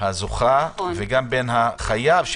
הזוכה לבין החייב,